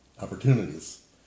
opportunities